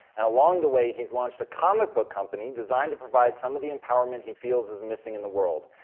and along the way, he's launched a comic book company designed to provide some of the empowerment he feels is missing in the world.